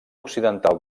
occidental